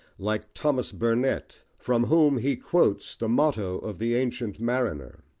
like thomas burnet, from whom he quotes the motto of the ancient mariner,